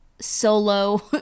Solo